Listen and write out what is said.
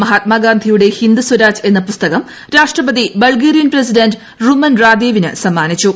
മഹാത്മാഗാന്ധിയുടെ ഹിന്ദ് സ്വരാജ് എത്യു പുസ്തകം രാഷ്ട്രപതി ബൾഗേറിയൻ പ്രസിഡന്റ് റുമൻ റ്റൂദ്ദേപ്പിന് സമ്മാനിച്ചു